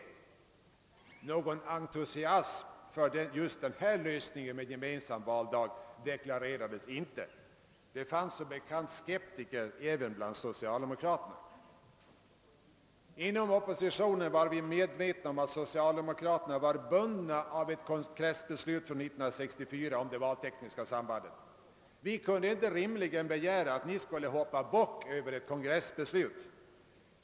Någon entusiasm för just denna lösning med gemensam valdag uttalades inte. Det fanns som bekant skeptiker även bland socialdemokraterna. Inom oppositionen var vi medvetna om att socialdemokraterna var bundna av ett kongressbeslut från år 1964 om det valtekniska sambandet. Vi kunde inte rimligen begära att de skulle hoppa bock över ett kongressbeslut.